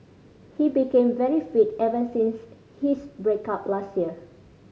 he became very fit ever since his break up last year